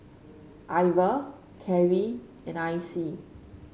Iver Carri and Icey